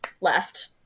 left